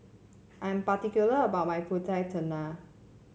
I am particular about my pulut tatal